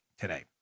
today